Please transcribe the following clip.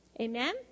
Amen